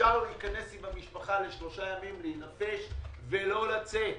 ואפשר להיכנס עם המשפחה לשלושה ימים לנפוש ולא לצאת.